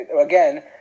Again